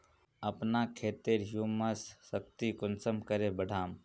अपना खेतेर ह्यूमस शक्ति कुंसम करे बढ़ाम?